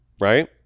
right